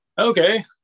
okay